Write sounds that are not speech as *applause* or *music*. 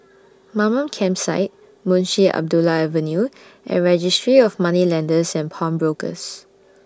*noise* Mamam Campsite Munshi Abdullah Avenue and Registry of Moneylenders and Pawnbrokers